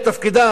אני חושב